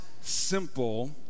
simple